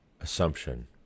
assumption